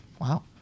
wow